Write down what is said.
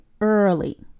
early